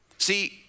See